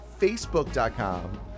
facebook.com